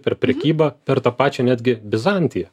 per prekybą per tą pačią netgi bizantiją